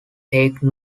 take